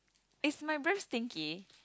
it's my birthday gift